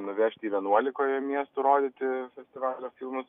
nuvežti į vienuolikoje miestų rodyti festivalio filmus